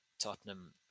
Tottenham